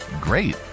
Great